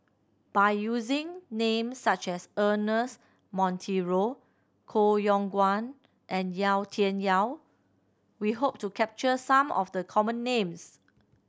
by using names such as Ernest Monteiro Koh Yong Guan and Yau Tian Yau we hope to capture some of the common names